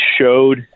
showed